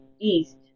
East